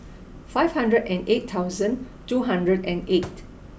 five hundred and eight thousand two hundred and eight